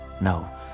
No